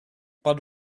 but